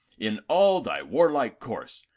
in all thy warlike course,